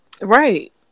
Right